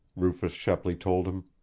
rufus shepley told him.